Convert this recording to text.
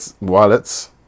wallets